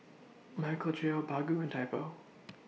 Michael Trio Baggu and Typo